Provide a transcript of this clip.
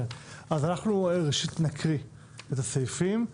אנחנו ראשית נקריא את הסעיפים,